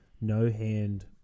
no-hand